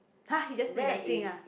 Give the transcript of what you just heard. !huh! he just put in the sink ah